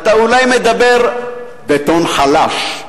אתה אולי מדבר בטון חלש,